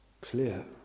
clear